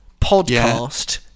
podcast